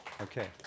okay